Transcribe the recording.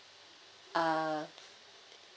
uh